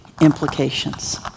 implications